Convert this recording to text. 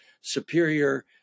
superior